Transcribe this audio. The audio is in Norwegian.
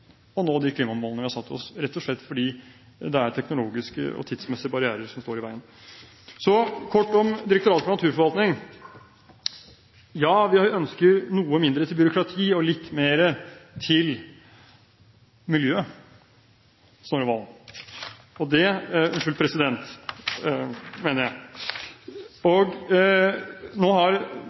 nå dem – rett og slett fordi det er teknologiske og tidsmessige barrierer som står i veien. Så kort om Direktoratet for naturforvaltning: Ja, vi ønsker noe mindre til byråkrati og litt mer til